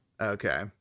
Okay